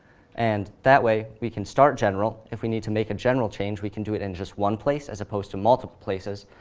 and that way, we can start general. if we need to make a general change, we can do it in just one place as opposed to multiple places.